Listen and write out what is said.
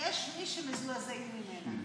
שיש מי שמזועזעים ממנה.